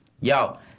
Yo